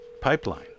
pipeline